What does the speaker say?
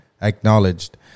acknowledged